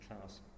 class